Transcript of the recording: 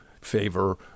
favor